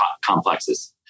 complexes